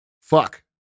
fuck